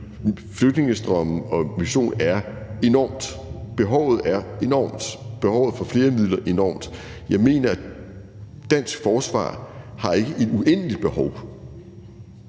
flygtningestrømme og migration er enormt. Behovet er enormt, og behovet for flere midler er enormt. Jeg mener ikke, at dansk forsvar har et uendeligt behov.